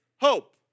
hope